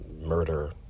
murder